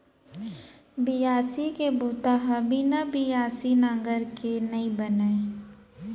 बियासी के बूता ह बिना बियासी नांगर के नइ बनय